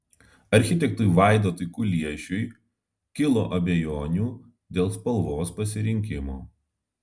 architektui vaidotui kuliešiui kilo abejonių dėl spalvos pasirinkimo